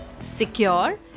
secure